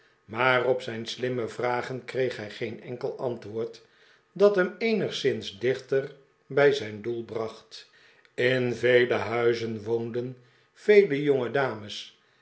maar op zijn slimme vragen kreeg hij geen enkel antwoord dat hem eenigszins dichter bij zijn doel bracht in vele huizen woonden vele